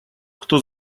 кто